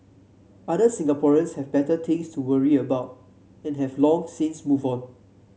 other Singaporeans have better things to worry about and have long since moved on